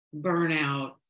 burnout